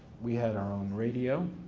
we had our own radio,